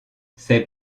ces